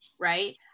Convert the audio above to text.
right